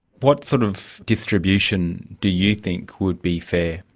what sort of distribution do you think would be fair?